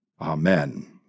Amen